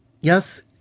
Yes